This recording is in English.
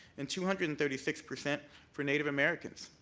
and two hundred and thirty six percent for native americans.